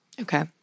Okay